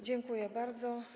Dziękuję bardzo.